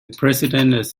president